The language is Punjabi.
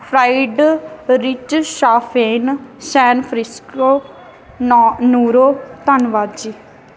ਫਾਈਡਰਿਚਸ਼ਾਫੇਨ ਸੈਨਫਰਿਸਕੋ ਨ ਨੂਰੋ ਧੰਨਵਾਦ ਜੀ